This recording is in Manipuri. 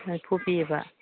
ꯃꯔꯤꯐꯨ ꯄꯤꯌꯦꯕ